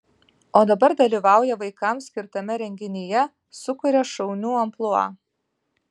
o dabar dalyvauja vaikams skirtame renginyje sukuria šaunių amplua